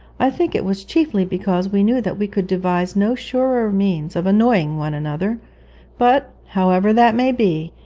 i think it was chiefly because we knew that we could devise no surer means of annoying one another but, however that may be,